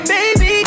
Baby